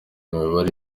imibare